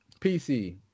PC